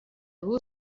بود